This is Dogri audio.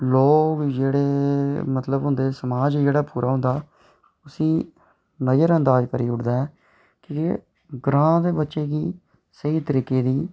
लोक जेह्ड़े होंदे समाज जेह्ड़ा होंदा ते उसी नजरअंदाज करदा ऐ ते ग्रांऽ दे बच्चे दी स्हेई तरीके दी